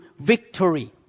victory